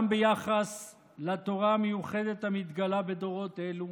גם ביחס לתורה המיוחדת המתגלה בדורות אלו,